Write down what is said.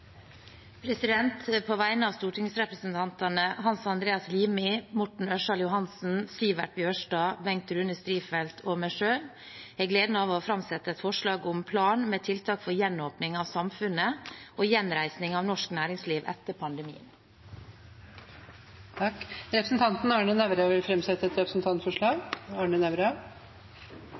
På vegne av stortingsrepresentantene Hans Andreas Limi, Morten Ørsal Johansen, Sivert Bjørnstad, Bengt Rune Strifeldt og meg selv har jeg gleden av å framsette et forslag om en plan med tiltak for gjenåpning av samfunnet og gjenreising av norsk næringsliv etter pandemien. Representanten Arne Nævra vil framsette et representantforslag.